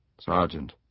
Sergeant